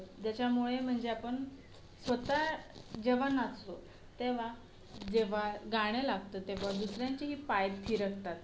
ज्याच्यामुळे म्हणजे आपण स्वतः जेव्हा नाचतो तेव्हा जेव्हा गाणं लागतं तेव्हा दुसऱ्यांचीही पाय थिरकतात